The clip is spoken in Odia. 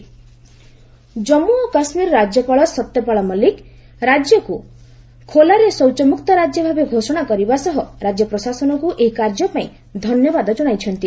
ଜେକେ ଓଡିଏଫ୍ ଜନ୍ମ ଓ କାଶୁୀର ରାଜ୍ୟପାଳ ସତ୍ୟପାଳ ମଲିକ୍ ରାଜ୍ୟକ୍ ଖୋଲାରେ ଶୌଚମ୍ରକ୍ତ ରାଜ୍ୟ ଭାବେ ଘୋଷଣା କରିବା ସହ ରାଜ୍ୟ ପ୍ରଶାସନକ୍ର ଏହି କାର୍ଯ୍ୟପାଇଁ ଧନ୍ୟବାଦ କଣାଇଛନ୍ତି